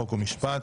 חוק ומשפט.